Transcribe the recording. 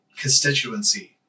constituency